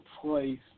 place